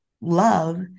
love